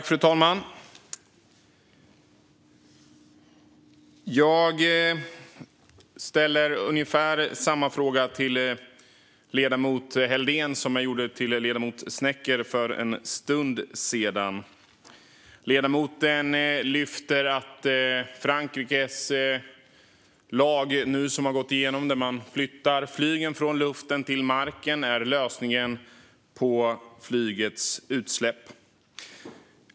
Fru talman! Jag vill ställa ungefär samma fråga till ledamoten Helldén som jag ställde till ledamoten Snecker för en stund sedan. Ledamoten tar upp att Frankrike nu har fått igenom en lag genom vilken man flyttar flygen från luften till marken och tycker att det är lösningen på flygets utsläpp.